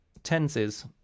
Tenses